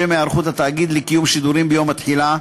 לשם היערכות התאגיד לקיום שידורים ביום התחילה,